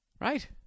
right